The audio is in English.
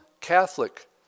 Catholic